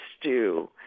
stew